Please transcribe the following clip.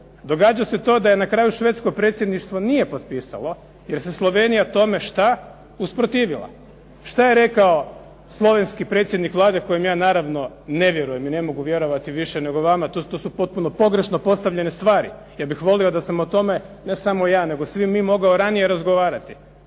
Događa se to da je na kraju švedsko predsjedništvo nije potpisalo, jer se Slovenija tome, što, usprotivila. Što je rekao slovenski predsjednik Vlade kojem ja naravno ne vjerujem i ne mogu vjerovati više nego vama. To su potpuno pogrešno postavljene stvari. Ja bih volio da sam o tome, ne samo ja, nego svi mi mogao ranije razgovarati.